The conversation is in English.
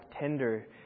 tender